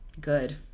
Good